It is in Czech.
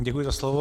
Děkuji za slovo.